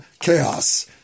chaos